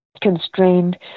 constrained